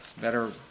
better